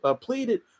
pleaded